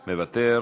מוותר,